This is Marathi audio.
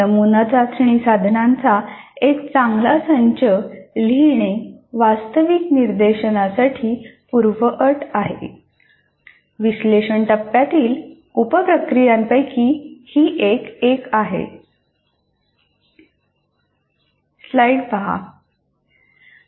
नमुना चाचणी साधनांचा एक चांगला संच लिहिणे वास्तविक निर्देशनासाठी पूर्वअट आहे विश्लेषण टप्प्यातील उप प्रक्रियांपैकी हि एक आहे